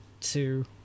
two